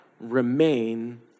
remain